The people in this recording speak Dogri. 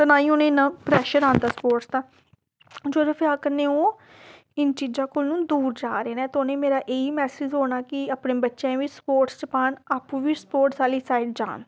ते ना ई उनेंई इन्ना प्रैशर आंदा स्पोर्टस दा जेल्लै फिर अस करने ओह् इन चीजां कोल दूर जा दे न ते उ'नेंगी मेरा एह् ई मैसेज होना कि अपने बच्चें बी स्पोर्टस च पान आपूं बी स्पोर्टस आह्ली साइड जान